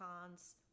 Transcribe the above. cons